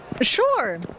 Sure